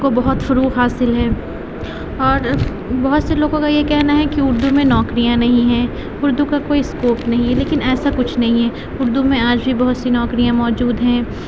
کو بہت فروغ حاصل ہے اور بہت سے لوگوں کا یہ کہنا ہے کہ اردو میں نوکریاں نہیں ہیں اردو کا کوئی اسکوپ نہیں ہے لیکن ایسا کچھ نہیں ہے اردو میں آج بھی بہت سی نوکریاں موجود ہیں